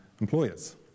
employers